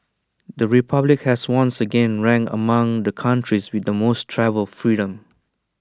the republic has once again ranked among the countries with the most travel freedom